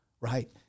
right